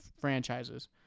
franchises